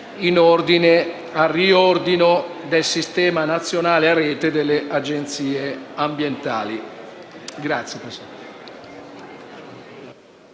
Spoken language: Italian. relativa al riordino del sistema nazionale a rete delle agenzie ambientali.